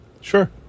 Sure